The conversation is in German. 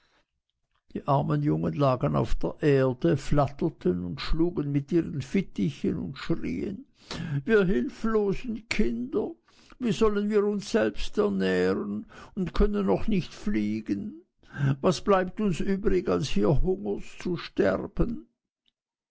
die armen jungen lagen auf der erde flatterten und schlugen mit ihren fittichen und schrien wir hilflosen kinder wir sollen uns selbst ernähren und können noch nicht fliegen was bleibt uns übrig als hier hungers zu sterben